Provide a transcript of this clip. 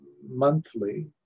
monthly